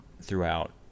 throughout